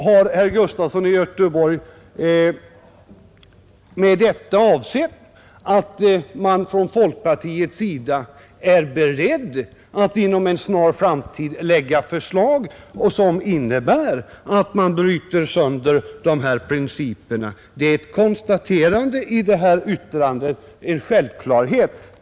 Har herr Gustafson i Göteborg med detta avsett att man från folkpartiets sida är beredd att inom en snar framtid lägga förslag som innebär att man bryter sönder dessa principer? Det är ett konstaterande i det här yttrandet, som är en självklarhet.